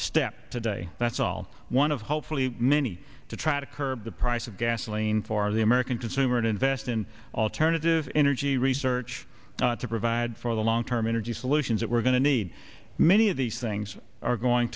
step today that's all one of hopefully many to try to curb the price of gasoline for the american consumer and invest in alternative energy research to provide for the long term energy solutions that we're going to need many of these things are going